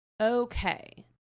Okay